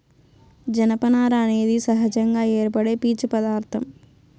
జనపనార అనేది సహజంగా ఏర్పడే పీచు పదార్ధం